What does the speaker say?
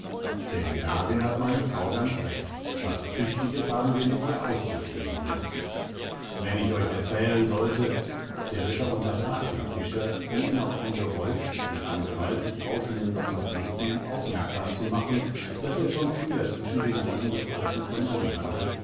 denn darin hat meine frau ganz recht was tüchtiges haben wir mit ihr auszustehen gehabt wenn ich euch erzählen sollte der ritter unterbrach den fischer um ihn auf ein geräusch wie von gewaltig rauschenden wasserfluten aufmerksam zu machen das er schon früher zwischen den reden des alten vernommen hatte